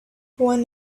one